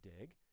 dig